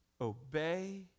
obey